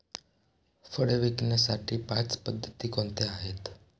फळे विकण्याच्या पाच पद्धती कोणत्या आहेत?